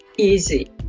Easy